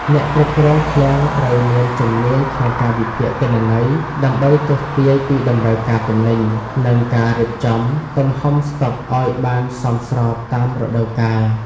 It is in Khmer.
អ្នកគ្រប់គ្រងឃ្លាំងត្រូវមានជំនាញក្នុងការវិភាគទិន្នន័យ ដើម្បីទស្សន៍ទាយពីតម្រូវការទំនិញ និងការរៀបចំទំហំស្តុកឱ្យបានសមស្របតាមរដូវកាល។